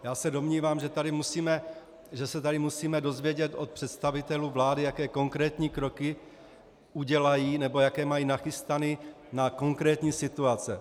Já se domnívám, že se tady musíme dozvědět od představitelů vlády, jaké konkrétní kroky udělají, nebo jaké mají nachystané na konkrétní situace.